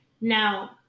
Now